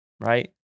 Right